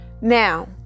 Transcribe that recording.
Now